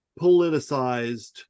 politicized